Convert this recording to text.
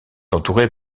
entourée